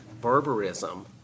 barbarism